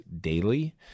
daily